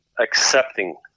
accepting